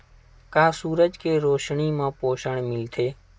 का सूरज के रोशनी म पोषण मिलथे?